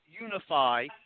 unify